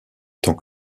tant